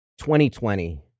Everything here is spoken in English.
2020